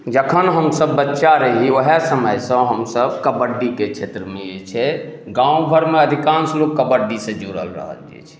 जखन हमसब बच्चा रही वएह समयसँ हमसब कबड्डीके क्षेत्रमे जे छै गाँव घरमे अधिकांश लोक कबड्डीसँ जुड़ल रहल अछि